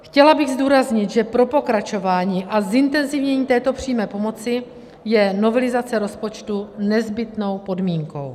Chtěla bych zdůraznit, že pro pokračování a zintenzivnění této přímé pomoci je novelizace rozpočtu nezbytnou podmínkou.